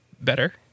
better